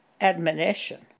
admonition